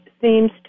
seems